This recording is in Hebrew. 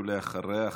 ואחריה,